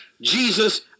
Jesus